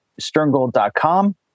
sterngold.com